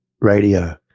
radio